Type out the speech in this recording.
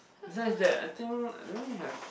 reason is that I think I don't know he have